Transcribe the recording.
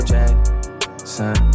Jackson